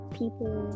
people